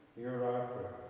hear our